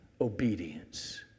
obedience